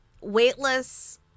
weightless